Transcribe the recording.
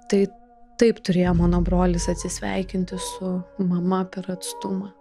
tai taip turėjo mano brolis atsisveikinti su mama per atstumą